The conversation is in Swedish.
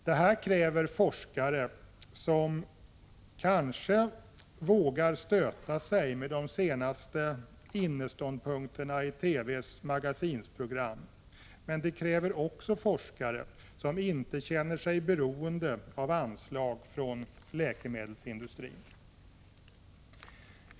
Detta kräver forskare som vågar stöta sig med de senaste inneståndpunkterna i TV:s magasinsprogram, men inte heller känner sig beroende av anslag från läkemedelsindustrin.